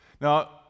Now